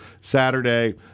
Saturday